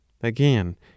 Again